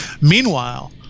Meanwhile